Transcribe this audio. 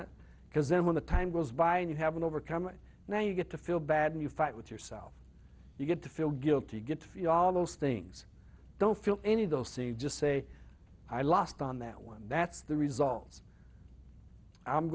because then when the time goes by and you have overcome it now you get to feel bad and you fight with yourself you get to feel guilty get to feel all those things i don't feel any of those c just say i lost on that one that's the results i'm